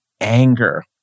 anger